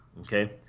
Okay